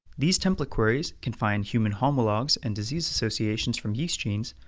these template queries can find human homologs and disease associations from yeast genes,